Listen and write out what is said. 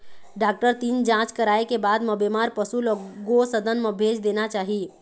doctor तीर जांच कराए के बाद म बेमार पशु ल गो सदन म भेज देना चाही